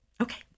okay